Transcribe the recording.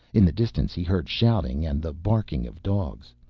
in the distance he heard shouting and the barking of dogs.